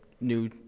new